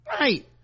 right